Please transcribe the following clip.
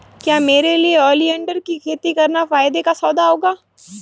क्या मेरे लिए ओलियंडर की खेती करना फायदे का सौदा होगा?